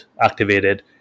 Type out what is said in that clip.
activated